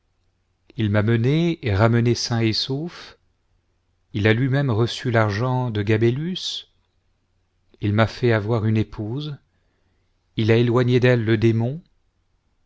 il m'a mené et ramené sain et sauf il a lui-même reçu l'argent de gabélus il m'a fait avoir une épouse il a éloigné d'elle le démon